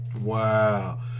Wow